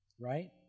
Right